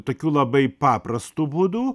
tokiu labai paprastu būdu